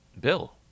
Bill